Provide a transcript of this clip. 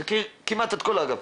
אני מכיר כמעט את כל האגפים.